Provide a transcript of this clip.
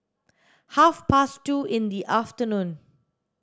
half past two in the afternoon